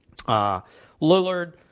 Lillard